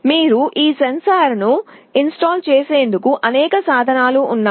మీరు సెన్సార్ను ఇన్స్టాల్ చేసేందుకు అనేక సాధనాలు ఉన్నాయి